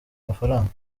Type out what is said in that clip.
amafaranga